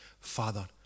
Father